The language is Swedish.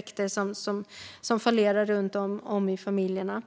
egenskaper som fallerar i familjen.